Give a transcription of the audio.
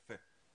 יפה.